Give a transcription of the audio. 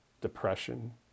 depression